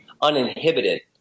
uninhibited